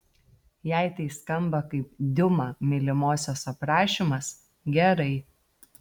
jei tai skamba kaip diuma mylimosios aprašymas gerai